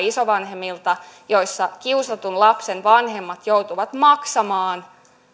isovanhemmilta viestejä että kiusatun lapsen vanhemmat joutuvat maksamaan